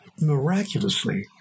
miraculously